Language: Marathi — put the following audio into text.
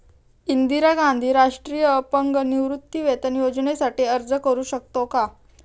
इंदिरा गांधी राष्ट्रीय अपंग निवृत्तीवेतन योजनेसाठी अर्ज करू शकतो का?